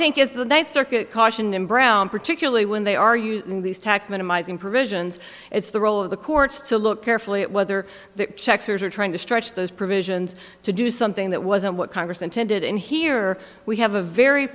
think is the ninth circuit caution in brown particularly when they are using these tax minimizing provisions it's the role of the courts to look carefully at whether the checks are trying to stretch those provisions to do something that wasn't what congress intended and here we have a very